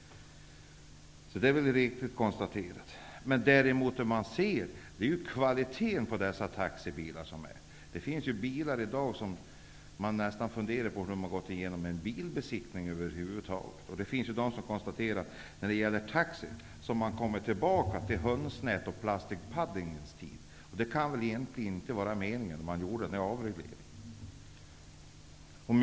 Det man däremot kan uppmärksamma är kvaliteten på dessa taxibilar. Det finns i dag bilar som man undrar hur de över huvud taget kunnat gå igenom en bilbesiktning. Det har i vissa fall kunnat konstateras att det när det gäller taxi verkar som att man kommit tillbaka till den tid då man lagade bilar med hönsnät och plastic padding. Det var väl inte meningen med denna avreglering?